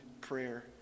prayer